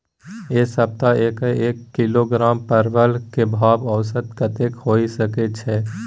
ऐ सप्ताह एक किलोग्राम परवल के भाव औसत कतेक होय सके छै?